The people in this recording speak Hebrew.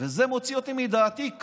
וזה מוציא אותי מדעתי,